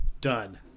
Done